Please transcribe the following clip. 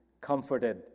comforted